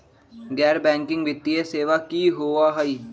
गैर बैकिंग वित्तीय सेवा की होअ हई?